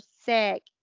sick